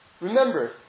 Remember